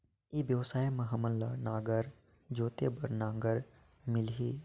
ई व्यवसाय मां हामन ला नागर जोते बार नागर मिलही?